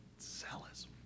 zealous